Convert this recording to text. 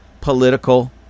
political